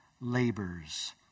labors